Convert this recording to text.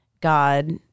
god